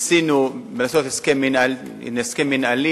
ניסינו לעשות הסכם מינהלי,